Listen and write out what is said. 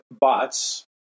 bots